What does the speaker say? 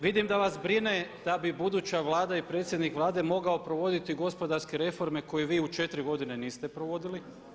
Vidim da vas brine da bi buduća Vlada i predsjednik Vlade morao provoditi gospodarske reforme koje vi u 4 godine niste provodili.